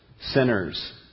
sinners